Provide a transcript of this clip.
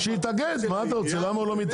אז למה הוא לא מתאגד?